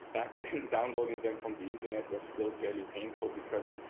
back then, downloading them from the internet was still fairly painful because,